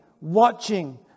watching